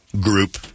group